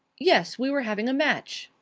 yes. we were having a match.